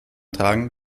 tragen